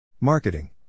Marketing